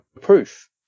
proof